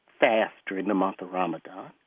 fast during the month of ramadan.